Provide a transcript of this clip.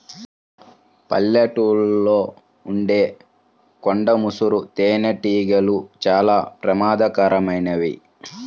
పల్లెటూళ్ళలో ఉండే కొండ ముసురు తేనెటీగలు చాలా ప్రమాదకరమైనవి